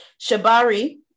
Shabari